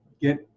get